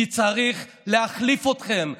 כי צריך להחליף אתכם,